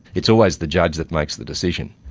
it's always the judge that makes the decision,